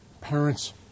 parents